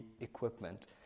equipment